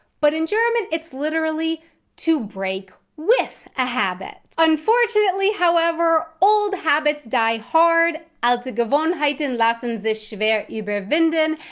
but in german it's literally to break with a habit. unfortunately, however, old habits die hard, alte gewohnheiten lassen sich schwer uberwinden,